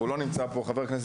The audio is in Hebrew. שלא נמצא פה,